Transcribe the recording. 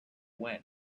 when